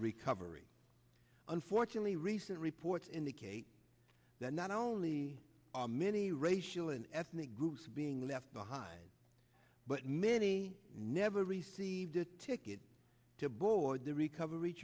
recovery unfortunately recent reports indicate that not only are many racial and ethnic groups being left behind but many never received a ticket to board the recovery